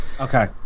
Okay